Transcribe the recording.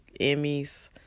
Emmys